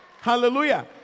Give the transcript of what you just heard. Hallelujah